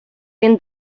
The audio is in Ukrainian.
він